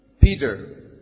Peter